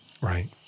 Right